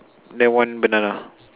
then one banana